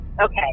Okay